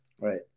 Right